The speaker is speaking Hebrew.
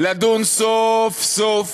לדון סוף-סוף